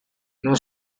non